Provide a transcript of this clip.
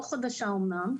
לא חדשה אמנם,